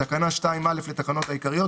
את תקנה 2(א) לתקנות העיקריות,